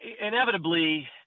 inevitably